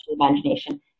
imagination